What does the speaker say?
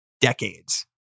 decades